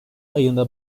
ayında